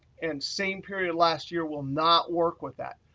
and same period last year will not work with that.